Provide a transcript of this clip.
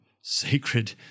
sacred